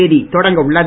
தேதி தொடங்க உள்ளது